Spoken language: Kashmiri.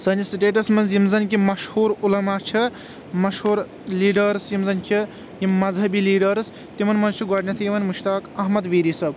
سأنِس سِٹیٹس منٛز یِم زن کیٚنٛہہ مشہوٗر علما چھ مشہوٗر لیڑٲرٕس یِم زن چھ یِم مذہبی لیڑٲرٕس تِمن منٛز چھ گۄڈٕنٮ۪تھ یِوان مُشتاق احمد ویٖری صأب